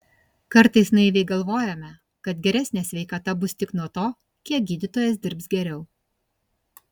kartais naiviai galvojame kad geresnė sveikata bus tik nuo to kiek gydytojas dirbs geriau